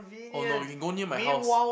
oh no you can go near my house